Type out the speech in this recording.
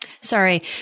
Sorry